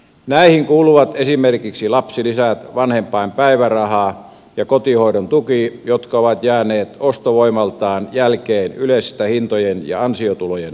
tähän kuuluvat esimerkiksi lapsilisät vanhempainpäiväraha ja kotihoidon tuki jotka ovat jääneet ostovoimaltaan jälkeen yleisestä hintojen ja ansiotulojen noususta